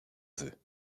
veut